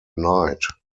knight